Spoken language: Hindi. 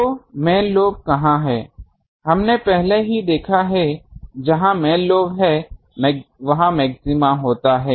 तो मेन लोब कहां है हमने पहले ही देखा है जहां मेन लोब है मैक्सिमा होता है